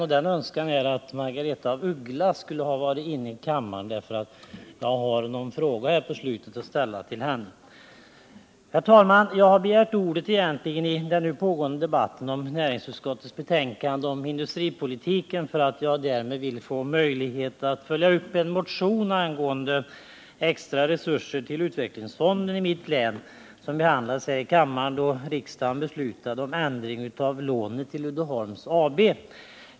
Herr talman! Jag har begärt ordet i den nu pågående debatten om näringsutskottets betänkande om industripolitiken för att jag därmed vill få möjlighet att följa upp en motion angående extra resurser till utvecklingsfonden i mitt hemlän, som behandlades här i kammaren då riksdagen beslutade om ändring av lånet till Uddeholms AB.